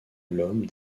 l’homme